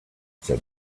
said